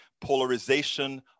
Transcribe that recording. polarization